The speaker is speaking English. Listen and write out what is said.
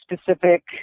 specific